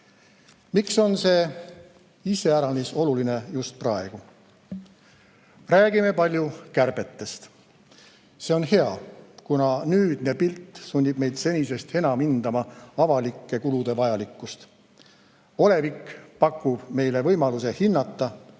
Miks on see iseäranis oluline just praegu? Räägime palju kärbetest. See on hea, kuna nüüdne pilt sunnib meid senisest enam hindama avalike kulude vajalikkust. Olevik pakub meile võimaluse hinnata,